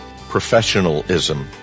professionalism